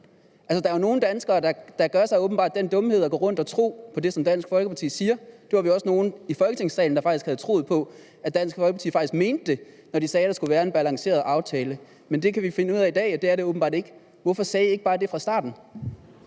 der er jo nogle danskere, der åbenbart begår den dumhed at gå rundt og tro på det, Dansk Folkeparti siger. Det var vi også nogle i Folketingssalen der havde troet på, nemlig at Dansk Folkeparti faktisk mente det, når de sagde, der skulle være en balanceret aftale, men i dag kan vi finde ud af, at det gør man åbenbart ikke. Hvorfor sagde man ikke bare det fra starten?